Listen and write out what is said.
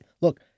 look